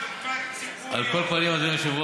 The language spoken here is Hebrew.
תסביר לי את החוק